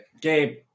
Gabe